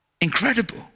incredible